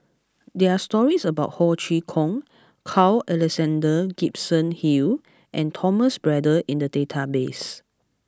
there are stories about Ho Chee Kong Carl Alexander Gibson Hill and Thomas Braddell in the database